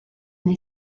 they